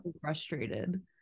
frustrated